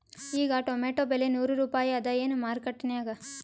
ಈಗಾ ಟೊಮೇಟೊ ಬೆಲೆ ನೂರು ರೂಪಾಯಿ ಅದಾಯೇನ ಮಾರಕೆಟನ್ಯಾಗ?